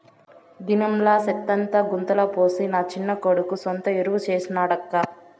దినంలా సెత్తంతా గుంతల పోసి నా చిన్న కొడుకు సొంత ఎరువు చేసి నాడక్కా